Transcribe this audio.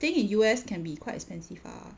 staying in U_S can be quite expensive ah